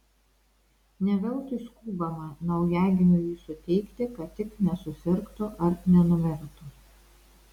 ne veltui skubama naujagimiui jį suteikti kad tik nesusirgtų ar nenumirtų